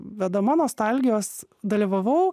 vedama nostalgijos dalyvavau